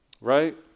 right